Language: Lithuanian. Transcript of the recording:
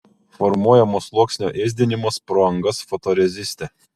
formuojamo sluoksnio ėsdinimas pro angas fotoreziste